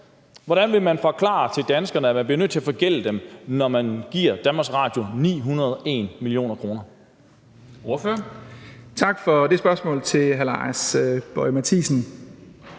Hvordan vil man forklare danskerne, at man bliver nødt til at forgælde dem, når man giver Danmarks Radio 901 mio. kr.?